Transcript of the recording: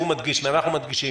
שהוא מדגיש ואנחנו מדגישים,